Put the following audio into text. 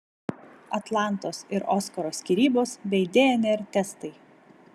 atlantos ir oskaro skyrybos bei dnr testai